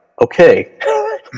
okay